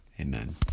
Amen